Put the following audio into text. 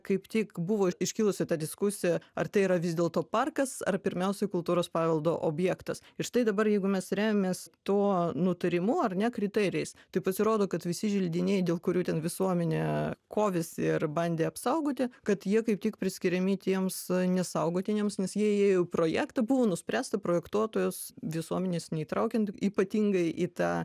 kaip tik buvo iškilusi ta diskusija ar tai yra vis dėl to parkas ar pirmiausiai kultūros paveldo objektas ir štai dabar jeigu mes remiamės tuo nutarimu ar ne kriterijais tai pasirodo kad visi želdiniai dėl kurių ten visuomenė kovėsi ir bandė apsaugoti kad jie kaip tik priskiriami tiems su nesaugotiniems nes jie įėjo į projektą buvo nuspręsta projektuotojos visuomenės neįtraukiant ypatingai į tą